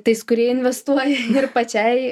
tais kurie investuoja ir pačiai